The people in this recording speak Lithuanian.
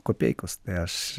kopeikos tai aš